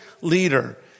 leader